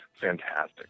fantastic